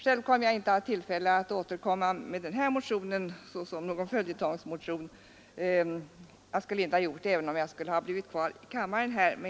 Själv får jag inte tillfälle att återkomma med denna motion såsom någon följetongsmotion. Jag skulle inte ha gjort det även om jag hade blivit kvar i kammaren.